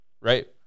right